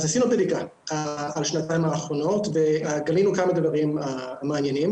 אז עשינו בדיקה על השנתיים האחרונות וגילינו כמה דברים מעניינים.